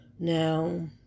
Now